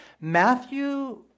Matthew